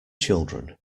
children